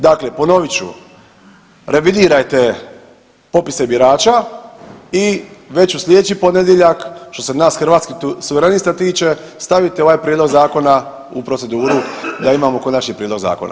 Dakle ponovit ću, revidirajte popise birača i već u slijedeći ponedjeljak što se nas Hrvatskih suverenista tiče stavite ovaj prijedlog zakona u proceduru da imamo konačni prijedlog zakona.